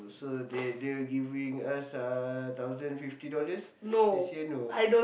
so they they are giving us uh thousand fifty dollars they say no